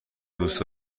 دوست